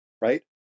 Right